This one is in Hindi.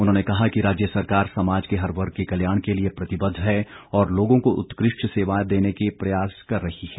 उन्होंने कहा कि राज्य सरकार समाज के हर वर्ग के कल्याण के लिए प्रतिबद्ध है और लोगों को उत्कृष्ट सेवा देने का प्रयास कर रही है